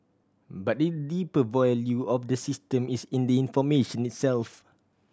but the deeper value of the system is in the information itself